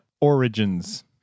Origins